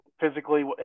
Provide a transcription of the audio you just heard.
physically